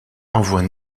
envoie